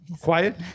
quiet